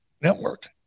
network